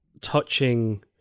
touching